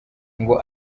ngo